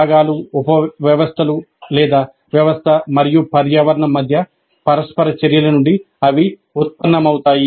భాగాలు ఉపవ్యవస్థలు లేదా వ్యవస్థ మరియు పర్యావరణం మధ్య పరస్పర చర్యల నుండి అవి ఉత్పన్నమవుతాయి